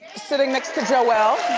sitting next to joelle.